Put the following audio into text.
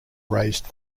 raised